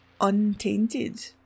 untainted